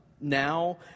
now